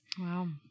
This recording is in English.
Wow